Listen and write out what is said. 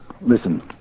listen